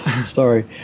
Sorry